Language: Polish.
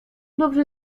dobrze